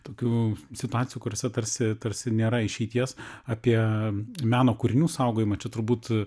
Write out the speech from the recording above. tokių situacijų kuriose tarsi tarsi nėra išeities apie meno kūrinių saugojimą čia turbūt